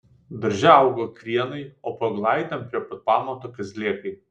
darže augo krienai o po eglaitėm prie pat pamato kazlėkai